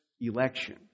election